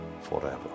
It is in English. forever